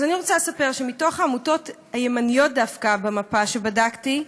אני רוצה לספר שמתוך העמותות הימניות דווקא במפה שבדקתי,